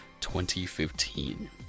2015